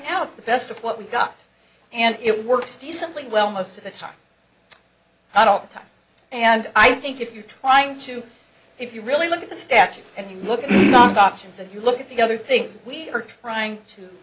now it's the best of what we've got and it works decently well most of the time i don't time and i think if you're trying to if you really look at the statue and you look at the options and you look at the other things we are trying to